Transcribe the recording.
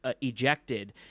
ejected